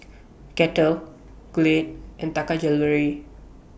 Kettle Glade and Taka Jewelry